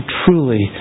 truly